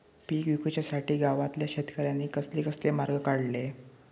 पीक विकुच्यासाठी गावातल्या शेतकऱ्यांनी कसले कसले मार्ग काढले?